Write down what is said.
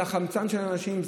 זה החמצן של אנשים,